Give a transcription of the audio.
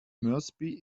moresby